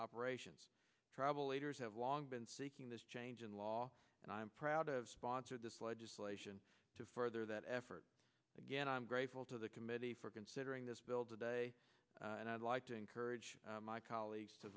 operations tribal leaders have long been seeking this change in law and i am proud of sponsor this legislation to further that effort again i'm grateful to the committee for considering this bill today and i'd like to encourage my colleagues to